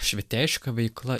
švietėjiška veikla